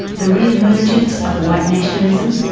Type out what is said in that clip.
the re-emergence of white nationalism,